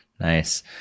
Nice